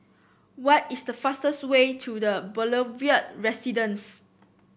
what is the fastest way to The Boulevard Residence